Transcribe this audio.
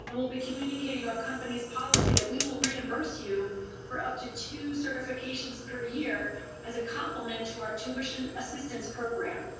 and we'll be communicating our company's policy that we'll reimburse you for up to two certifications per year as a complement to our tuition-assistance program.